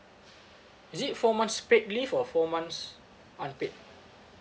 is it four months paid leave or four months unpaid